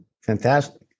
fantastic